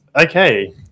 okay